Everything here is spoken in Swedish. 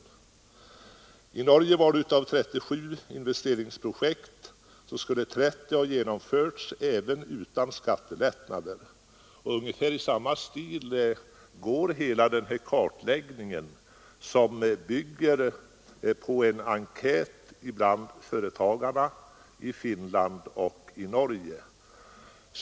I Norge skulle 30 investeringsprojekt av 37 ha genomförts även utan skattelättnader. Ungefär i samma stil går hela den här kartläggningen, som bygger på en enkät bland företagarna i Finland och Norge.